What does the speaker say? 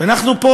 ואנחנו פה,